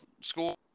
school